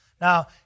Now